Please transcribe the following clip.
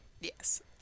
Yes